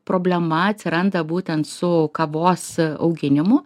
problema atsiranda būtent su kavos auginimu